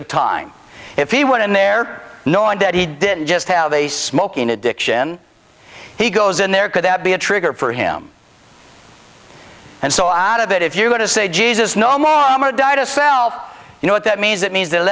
of time if he went in there knowing that he didn't just have a smoking addiction he goes in there could be a trigger for him and so out of it if you're going to say jesus no mamma died of self you know what that means that means th